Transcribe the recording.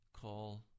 Call